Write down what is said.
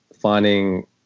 finding